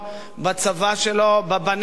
בצבא שלו, בבנים שלו.